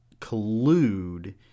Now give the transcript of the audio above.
collude